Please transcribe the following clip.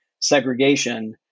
segregation